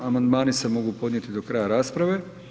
Amandmani se mogu podnijeti do kraja rasprave.